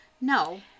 No